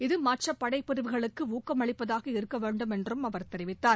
இது மற்ற படைப்பிரிவுகளுக்கு ஊக்கமளிப்பதாக இருக்க வேண்டும் என்றும் அவர் தெரிவித்தார்